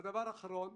הדבר האחרון,